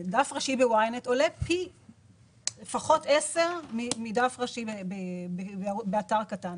עולה לפחות פי עשרה מדף ראשי באתר קטן.